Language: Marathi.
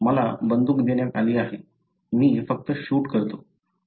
मला बंदूक देण्यात आली आहे मी फक्त शूट करतो